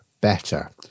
better